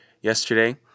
yesterday